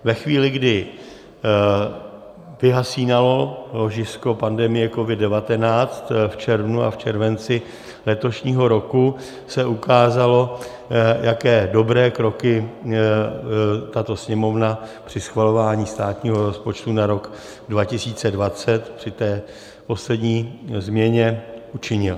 Ve chvíli, kdy vyhasínalo ložisko pandemie COVID19 v červnu a v červenci letošního roku, se ukázalo, jaké dobré kroky tato Sněmovna při schvalování státního rozpočtu na rok 2020 při té poslední změně učinila.